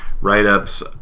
write-ups